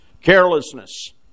Carelessness